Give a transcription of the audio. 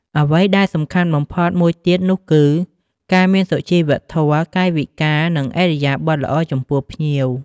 អ្វីដែលសំខាន់បំផុតមួយទៀតនោះគឺ ការមានសុជីវធម៌ កាយវិការ និងឥរិយាបថល្អចំពោះភ្ញៀវ។